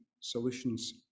solutions